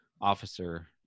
officer